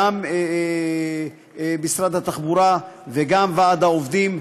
גם משרד התחבורה וגם ועד העובדים,